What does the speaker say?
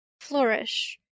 Flourish